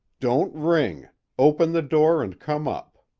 don't ring open the door and come up.